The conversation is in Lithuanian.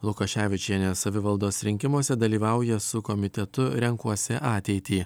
lukaševičienė savivaldos rinkimuose dalyvauja su komitetu renkuosi ateitį